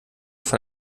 von